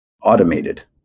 automated